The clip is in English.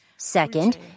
Second